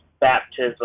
baptism